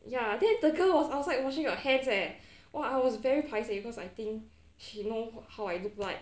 ya then the girl was outside washing her hands eh !wah! I was very paiseh cause I think she know how I look like